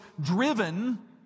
driven